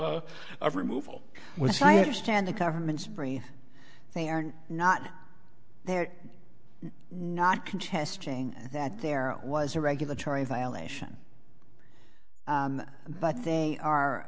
removal i understand the government's brain they are not they're not contesting that there was a regulatory violation but they are